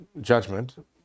judgment